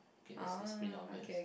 okay this is pretty obvious